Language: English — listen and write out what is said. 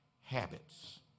habits